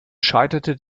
scheiterte